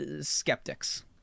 skeptics